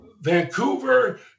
Vancouver